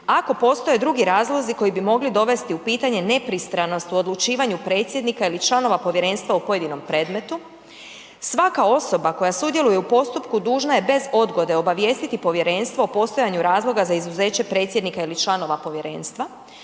ako postoje drugi razlozi koji bi mogli dovesti u pitanje nepristranost u odlučivanju predsjednika ili članova povjerenstva u pojedinom predmetu. Svaka osoba koja sudjeluje u postupku dužna je bez odgode obavijestiti povjerenstvo o postojanju razloga za izuzeće predsjednika ili članova povjerenstva.